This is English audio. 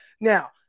Now